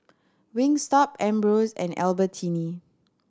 Wingstop Ambros and Albertini